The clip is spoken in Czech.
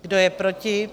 Kdo je proti?